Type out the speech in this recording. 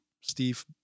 Steve